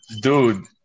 Dude